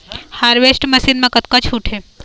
Harvester machine मा कतका छूट हे?